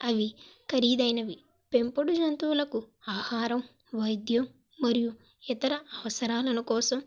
అవి ఖరీదైనవి పెంపుడు జంతువులకి ఆహారం వైద్యం మరియు ఇతర అవసరణనా కోసం